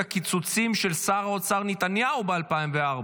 הקיצוצים של שר האוצר נתניהו ב-2004,